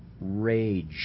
rage